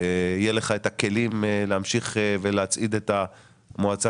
יהיו לך הכלים להמשיך ולהצעיד את המועצה